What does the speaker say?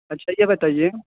اچھا یہ بتائیے